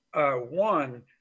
One